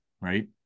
Right